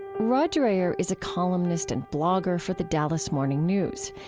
rod dreher is a columnist and blogger for the dallas morning news.